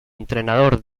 entrenador